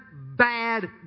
bad